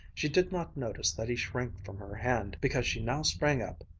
she did not notice that he shrank from her hand, because she now sprang up,